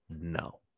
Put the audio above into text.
no